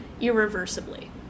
irreversibly